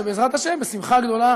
שבעזרת השם בשמחה הגדולה